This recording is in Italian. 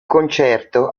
concerto